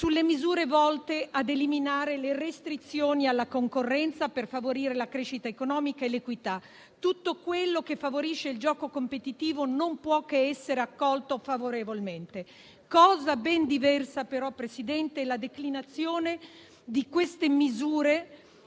sulle misure volte a eliminare le restrizioni alla concorrenza per favorire la crescita economica e l'equità. Tutto quello che favorisce il gioco competitivo non può che essere accolto favorevolmente. Cosa ben diversa, però, presidente Draghi, è la declinazione di queste misure